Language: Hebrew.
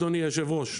אדוני היושב-ראש,